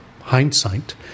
hindsight